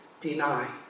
deny